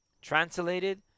translated